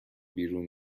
بیرون